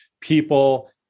people